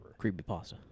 Creepypasta